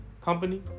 company